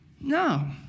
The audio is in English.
No